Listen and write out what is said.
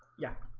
yeah,